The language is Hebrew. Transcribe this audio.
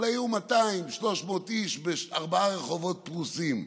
אבל היו 200, 300 איש בארבעה רחובות, פרוסים,